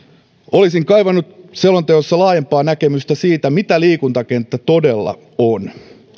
olisin kaivannut selonteossa laajempaa näkemystä siitä mitä liikuntakenttä todella on